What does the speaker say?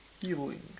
healing